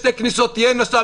שתי כניסות יהיו שם,